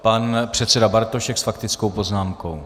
Pan předseda Bartošek s faktickou poznámkou.